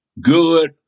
good